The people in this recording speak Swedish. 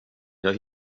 jag